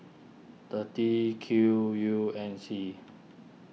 thirty Q U N C